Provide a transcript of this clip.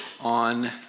on